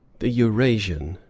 the eurasian,